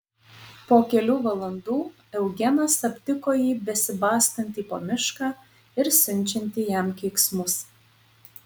po kelių valandų eugenas aptiko jį besibastantį po mišką ir siunčiantį jam keiksmus